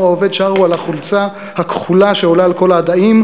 העובד" שרו על החולצה הכחולה שעולה על כל העדיים,